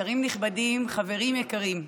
שרים נכבדים, חברים יקרים,